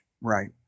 right